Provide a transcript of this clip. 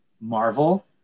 Marvel